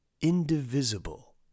indivisible